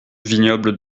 vignoble